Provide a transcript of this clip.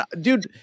Dude